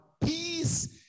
peace